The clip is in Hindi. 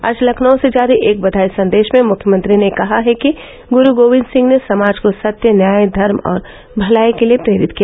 आज लखनऊ से जारी एक ब्याई संदेश में मुख्यमंत्री ने कहा है कि ग्रूगोविंद सिंह ने समाज को सत्य न्याय धर्म और भलाई के लिये प्रेरित किया